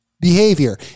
behavior